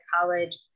college